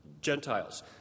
Gentiles